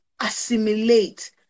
assimilate